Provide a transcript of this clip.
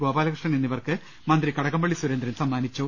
ഗോപാലകൃഷ്ണൻ എന്നിവർക്ക് മന്ത്രി കടകംപള്ളി സുരേന്ദ്രൻ സമ്മാനിച്ചു